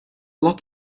lot